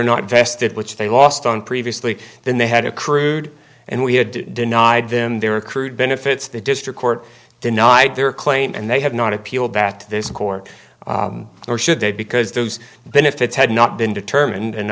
not vested which they lost on previously then they had accrued and we had denied them their accrued benefits the district court denied their claim and they have not appealed that this court nor should they because those benefits had not been determined and